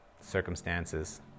circumstances